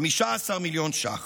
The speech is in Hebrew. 15 מיליון ש"ח.